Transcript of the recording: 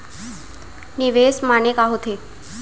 निवेश माने का होथे?